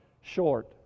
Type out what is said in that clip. short